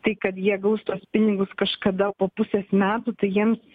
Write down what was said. tai kad jie gaus tuos pinigus kažkada po pusės metų tai jiems